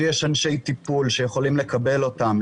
שיש אנשי טיפול שיכולים לקבל אותם,